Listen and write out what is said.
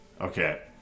Okay